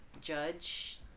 judge